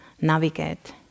navigate